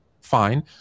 fine